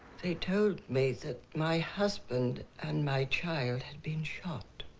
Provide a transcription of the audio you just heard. they told me that my husband and my child had been shot.